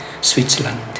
Switzerland